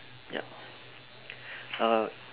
yup uh